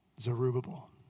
Zerubbabel